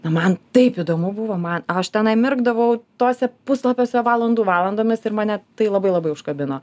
na man taip įdomu buvo man aš tenai mirkdavau tuose puslapiuose valandų valandomis ir mane tai labai labai užkabino